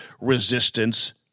resistance